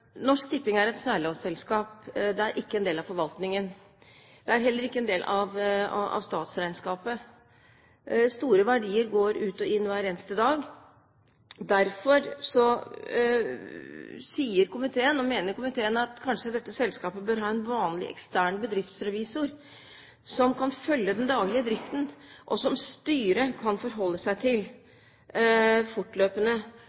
Norsk Tipping er et særlovsselskap, det er ikke en del av forvaltningen, og det er heller ikke en del av statsregnskapet. Store verdier går ut og inn hver eneste dag. Derfor mener komiteen at dette selskapet kanskje bør ha en vanlig, ekstern bedriftsrevisor som kan følge den daglige driften, og som styret kan forholde seg